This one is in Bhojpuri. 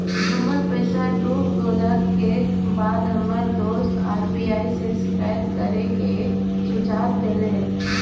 हमर पईसा डूब गेला के बाद हमर दोस्त आर.बी.आई में शिकायत करे के सुझाव देहले